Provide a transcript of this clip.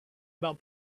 about